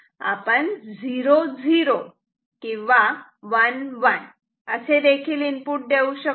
तर आपण 0 0 किंवा 1 1 असेदेखील इनपुट देऊ शकतो